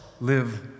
live